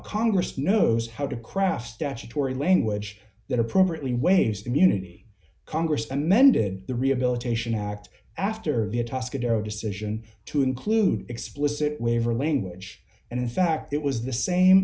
congress knows how to craft statutory language that appropriately waives immunity congress and mended the rehabilitation act after the a tosca darrow decision to include explicit waiver language and in fact it was the same